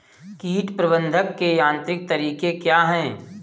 कीट प्रबंधक के यांत्रिक तरीके क्या हैं?